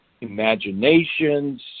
imaginations